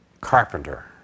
carpenter